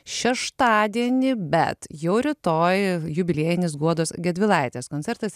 šeštadienį bet jau rytoj jubiliejinis guodos gedvilaitės koncertas